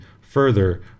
further